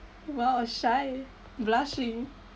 !wow! shy blushing